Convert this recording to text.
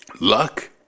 luck